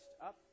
up